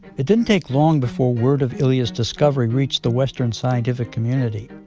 it didn't take long before word of ilya's discovery reached the western scientific community.